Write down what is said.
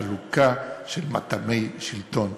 בחלוקה של מטעמי שלטון.